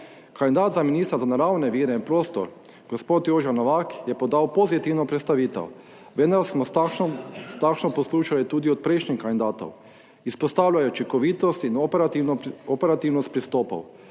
Kandidat za ministra za naravne vire in prostor, gospod Jože Novak je podal pozitivno predstavitev, vendar smo s takšno poslušali tudi od prejšnjih mandatov. Izpostavlja je učinkovitost in operativnost pristopov.